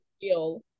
feel